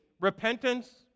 repentance